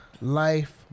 life